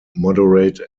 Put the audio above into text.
moderate